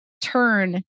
turn